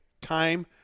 time